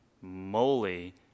moly